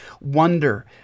wonder